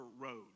road